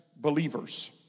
believers